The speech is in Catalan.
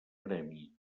premi